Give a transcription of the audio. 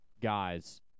guys